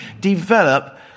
develop